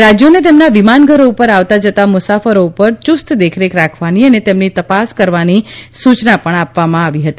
રાજથોને તેમના વિમાનઘરો ઉપર આવતા જતાં મુસાફરો ઉપર યુસ્ત દેખરેખ રાખવાની અને તેમની તપાસ કરવાની સુચના પણ આપવામાં આવી હતી